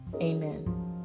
Amen